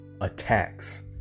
attacks